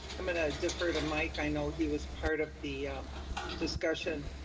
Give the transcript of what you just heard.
i'm going ah defer to mike. i know he was part of the discussion